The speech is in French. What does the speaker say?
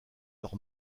leurs